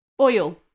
Oil